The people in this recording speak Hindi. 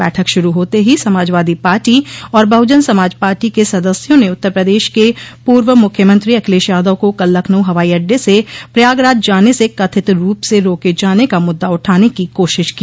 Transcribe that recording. बैठक शुरू होते ही समाजवादी पार्टी और बहुजन समाज पार्टी के सदस्यों ने उत्तर प्रदेश के पूर्व मुख्यमंत्री अखिलेश यादव को कल लखनऊ हवाई अड्डे से प्रयागराज जाने से कथित रूप से रोके जाने का मुद्दा उठाने की कोशिश की